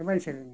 ᱛᱚᱵᱮᱧ ᱥᱮᱨᱮᱧᱟᱹᱧ